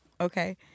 Okay